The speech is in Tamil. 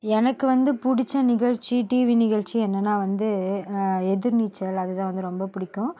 எனக்கு வந்து பிடிச்ச நிகழ்ச்சி டிவி நிகழ்ச்சி என்னன்னா வந்து எதிர் நீச்சல் அது தான் வந்து ரொம்ப பிடிக்கும்